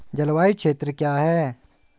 जलवायु क्षेत्र क्या है?